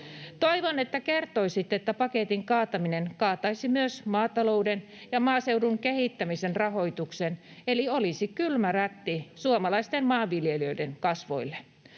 Toivon, että kertoisitte, että paketin kaataminen kaataisi myös maatalouden ja maaseudun kehittämisen rahoituksen eli olisi kylmä rätti suomalaisten maanviljelijöiden kasvoille,